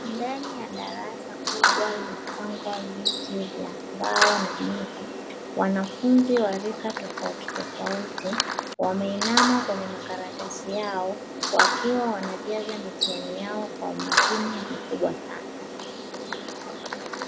Ndani ya darasa kubwa lililopangwa viti vya mbao na meza, wanafunzi wa rika tofautitofauti wameinama kwenye makaratasi yao wakiwa wanajaza mitihani yao kwa umakini mkubwa sana.